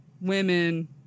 women